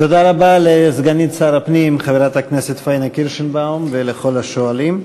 תודה רבה לסגנית שר הפנים חברת הכנסת פניה קירשנבאום ולכל השואלים.